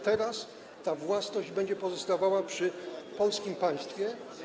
Teraz ta własność będzie pozostawała przy polskim państwie.